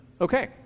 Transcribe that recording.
Okay